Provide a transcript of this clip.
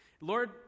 Lord